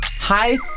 Hi